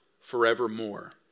forevermore